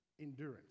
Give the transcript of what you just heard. endurance